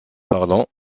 parlant